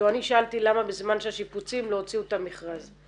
אני שאלתי למה בזמן השיפוצים לא הוציאו את המכרז.